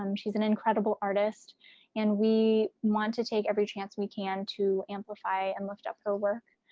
um she's an incredible artist and we want to take every chance we can to amplify and lift up her work.